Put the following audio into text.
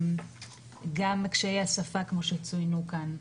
גם קשיי השפה כמו שצוינו כאן,